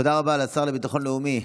תודה רבה לשר לביטחון לאומי,